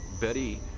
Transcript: Betty